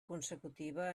consecutiva